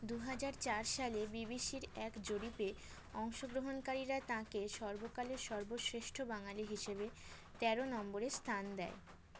দু হাজার চার সালে বিবিসির এক জরিপে অংশগ্রহণকারীরা তাঁকে সর্বকালের সর্বশ্রেষ্ঠ বাঙালি হিসেবে তেরো নম্বরে স্থান দেয়